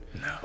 No